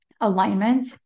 alignment